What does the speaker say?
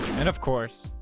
and of course,